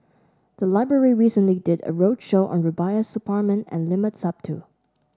the library recently did a roadshow on Rubiah Suparman and Limat Sabtu